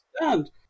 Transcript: understand